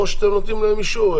או שאתם נותנים אישור,